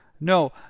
No